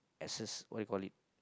access~ what you call it